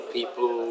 people